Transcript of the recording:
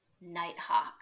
Nighthawk